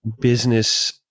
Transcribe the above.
business